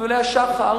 מסלולי השח"ר,